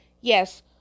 yes